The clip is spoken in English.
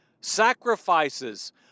sacrifices